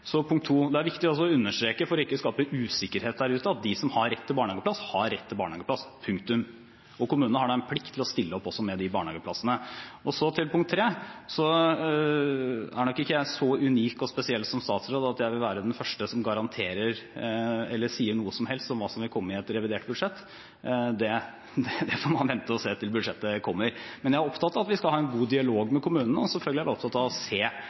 Så punkt 2: Det er også viktig å understreke, for ikke å skape usikkerhet der ute, at de som har rett til barnehageplass, har rett til barnehageplass – punktum. Kommunene har da en plikt til å stille opp også med de barnehageplassene. Så til punkt 3: Jeg er nok ikke så unik og spesiell som statsråd at jeg vil være den første som garanterer eller sier noe som helst om hva som vil komme i et revidert budsjett – man får vente og se til budsjettet kommer. Men jeg er opptatt av at vi skal ha en god dialog med kommunene, og selvfølgelig er jeg opptatt av å se